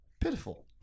pitiful